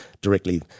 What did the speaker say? directly